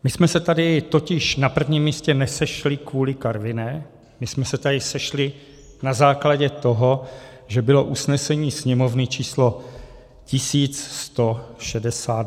My jsme se tady totiž na prvním místě nesešli kvůli Karviné, my jsme se tady sešli na základě toho, že bylo usnesení Sněmovny číslo 1162.